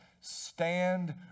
stand